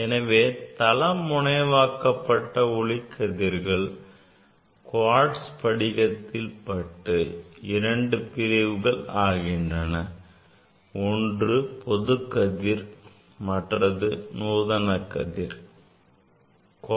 எனவே தள முனைவாக்கப்பட்ட ஒளிக்கதிர்கள் குவாட்ஸ் படிகத்தில் பட்டு இரண்டு பிரிவுகள் ஆகின்றன ஒன்று பொது கதிர் மற்றது நூதன கதிர் ஆகும்